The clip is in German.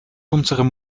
unserem